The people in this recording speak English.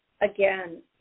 Again